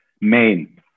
main